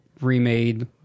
remade